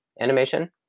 animation